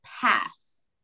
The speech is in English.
pass